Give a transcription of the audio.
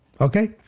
Okay